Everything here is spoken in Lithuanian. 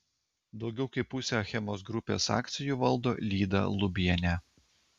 daugiau kaip pusę achemos grupės akcijų valdo lyda lubienė